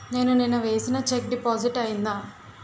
నేను నిన్న వేసిన చెక్ డిపాజిట్ అయిందా?